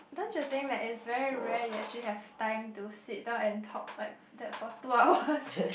don't you think like it's very rare you actually have time to sit down and talk like that for two hours